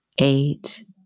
Eight